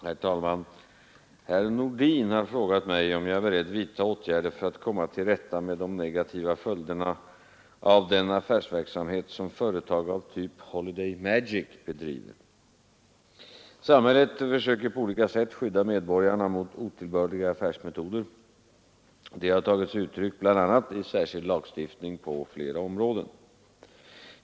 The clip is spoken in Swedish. Herr talman! Herr Nordin har frågat mig, om jag är beredd vidtaga åtgärder för att komma till rätta med de negativa följderna av den affärsverksamhet som företag av typ Holiday Magic bedriver. Samhället söker på olika sätt skydda medborgarna mot otillbörliga affärsmetoder. Detta har tagit sig uttryck bl.a. i särskild lagstiftning på flera områden.